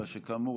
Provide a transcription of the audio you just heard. אלא שכאמור,